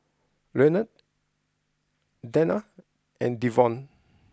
Leonard Danna and Devon